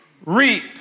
reap